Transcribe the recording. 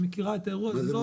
היא מכירה את האירוע הזה.